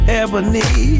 ebony